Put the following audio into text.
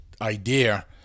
idea